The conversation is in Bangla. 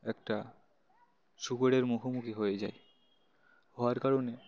একটা সুগেরের মুখোমুখি হয়ে যায় হওয়ার কারণে